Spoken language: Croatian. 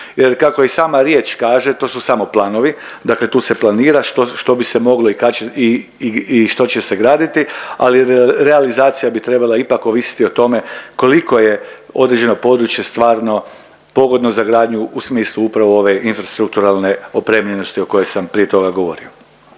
kako i sama riječ kaže to su samo planovi, dakle tu se planira što bi se moglo i kad će, i što će se graditi ali realizacija bi trebala ipak ovisiti o tome koliko je određeno područje stvarno pogodno za gradnju u smislu upravo ove infrastrukturalne opremljenosti o kojoj sam prije toga govorio.